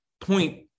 point